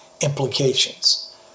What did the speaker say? implications